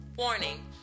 Warning